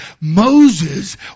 Moses